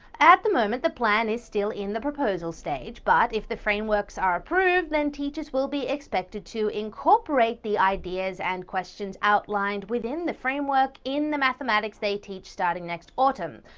at the moment, the plan is still in the proposal stage, but if the frameworks are approved, then teachers will be expected to incorporate the ideas and questions outlined within the framework in the mathematics they teach starting next autumn.